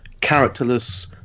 characterless